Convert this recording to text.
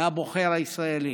מהבוחר הישראלי,